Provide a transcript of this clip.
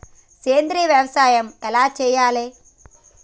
సేంద్రీయ వ్యవసాయం ఎలా చెయ్యాలే?